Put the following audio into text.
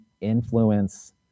influence